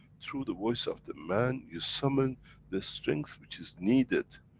through the voice of the man, you summon the strength which is needed,